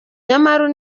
nyamara